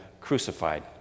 crucified